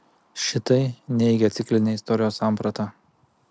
šitai neigia ciklinę istorijos sampratą